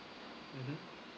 mmhmm